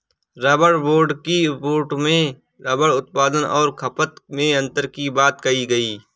rubber board की report में rubber उत्पादन और खपत में अन्तर की बात कही गई